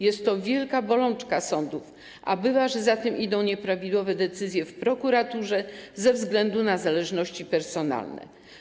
Jest to wielka bolączka sądów, a bywa, że idą za tym nieprawidłowe decyzje prokuratury ze względu na zależności personalne.